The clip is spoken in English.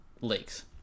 Leaks